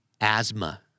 Asthma